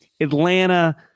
Atlanta